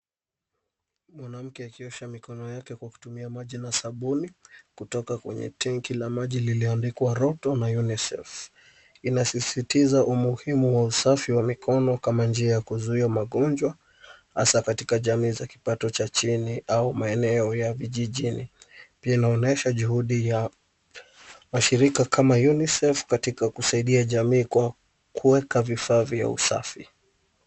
Mwanamke akiosha mikono yake kwa kutumia maji na sabuni kutoka kwenye tanki la maji lililoandikwa roto na UNICEF. Inasisitiza umuhimu wa usafi wa mikono kama njia ya kuzuia magonjwa hasa katika jamii za kipato cha chini au maeneo ya vijijini. Pia inaonyesha juhudi ya mashirika kama UNICEF katika kusaidia jamii kwa kuweka vifaa vya usafi.